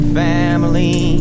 family